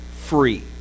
free